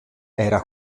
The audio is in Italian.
era